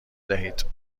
دهید